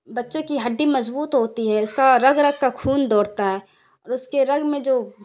بچوں کی ہڈی مضبوط ہوتی ہے اس کا رگ رگ کا خون دوڑتا ہے اور اس کے رگ میں جو